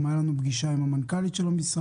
גם היתה לנו פגישה עם המנכ"לית של המשרד.